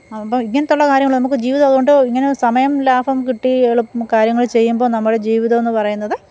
അപ്പം ഇങ്ങനത്തെ ഉള്ള കാര്യങ്ങൾ നമുക്ക് ജീവിതം അതുകൊണ്ട് ഇങ്ങനെ സമയം ലാഭം കിട്ടി എളു മ് കാര്യങ്ങൾ ചെയ്യുമ്പോൾ നമ്മുടെ ജീവിതമെന്ന് പറയുന്നത്